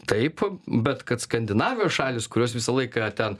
taip bet kad skandinavijos šalys kurios visą laiką ten